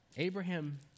Abraham